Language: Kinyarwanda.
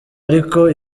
ariko